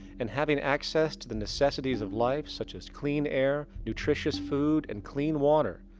and having access to the necessities of life, such as clean air, nutritious food and clean water,